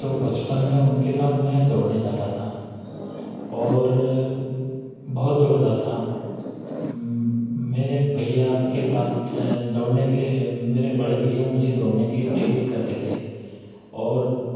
तो बचपन में उनके साथ मैं दौड़ने जाता था और बहुत दौड़ता था मैं भैया के साथ दौड़ने के लिए मेरे बड़े भैया मुझे दौड़ने के लिए प्रेरित करते थे और